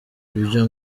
ibyo